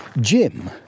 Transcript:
Jim